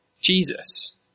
Jesus